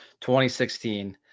2016